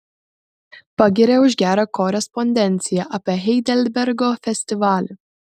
pagiria už gerą korespondenciją apie heidelbergo festivalį